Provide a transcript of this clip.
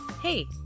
Hey